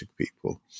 people